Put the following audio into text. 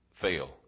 fail